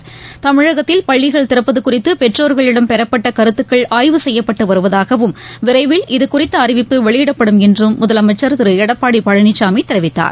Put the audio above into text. பள்ளிகள் தமிழகத்தில் திறப்பதுகுறித்துபெற்றோர்களிடம் பெறப்பட்டகருத்துக்கள் ஆய்வு செய்யப்பட்டுவருவதாகவும் விரைவில் இதுகுறித்தஅறிவிப்பு வெளியிடப்படும் என்றும் முதலமைச்சர் திருஎடப்பாடிபழனிசாமிதெரிவித்தார்